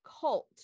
cult